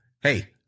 Hey